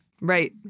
Right